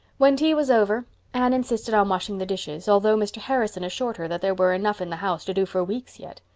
when tea was over anne insisted on washing the dishes, although mr. harrison assured her that there were enough in the house to do for weeks yet.